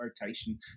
rotation